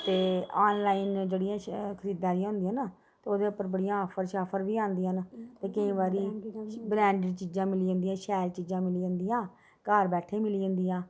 ते आनलाइन जेह्ड़ियां खरीदारियां होंदियां ना ते ओहदे उपर बड़ियां आफर शाफर बी आंदियां न ते केईं बारी ब्रैंडड चीज़ां मिली जंदियां शैल चीज़ां मिली जंदियां घर बैठे दे मिली जंदियां